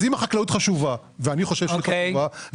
אז אם החקלאות חשובה ואני חושב שהיא חשובה,